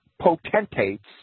potentates